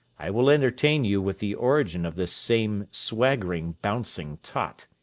i will entertain you with the origin of this same swaggering, bouncing tott.